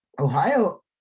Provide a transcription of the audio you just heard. Ohio